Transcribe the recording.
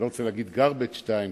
אני לא רוצה להגיד garbage time,